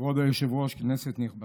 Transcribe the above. כבוד היושב-ראש, כנסת נכבדה,